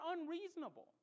unreasonable